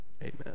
Amen